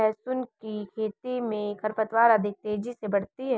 लहसुन की खेती मे खरपतवार अधिक तेजी से बढ़ती है